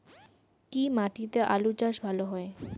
কি মাটিতে আলু চাষ ভালো হয়?